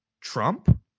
Trump